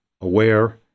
aware